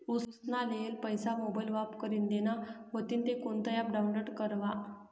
उसना लेयेल पैसा मोबाईल वापर करीन देना व्हतीन ते कोणतं ॲप डाऊनलोड करवा?